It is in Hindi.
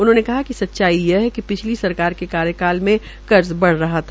उन्होंने कहा कि सचाई यह है कि पिछली सरकार के कार्यकाल में कर्ज बढ़ रहा था